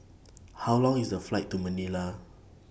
How Long IS The Flight to Manila